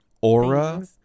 aura